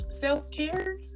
Self-care